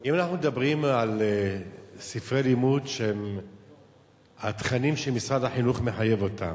אם אנחנו מדברים על ספרי לימוד של התכנים שמשרד החינוך מחייב אותם,